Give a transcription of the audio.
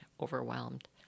overwhelmed